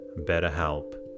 BetterHelp